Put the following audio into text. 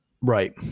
Right